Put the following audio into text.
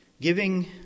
Giving